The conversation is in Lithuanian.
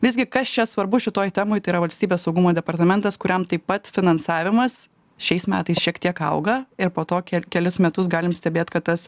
visgi kas čia svarbu šitoj temoj tai yra valstybės saugumo departamentas kuriam taip pat finansavimas šiais metais šiek tiek auga ir po to ke kelis metus galim stebėt kad tas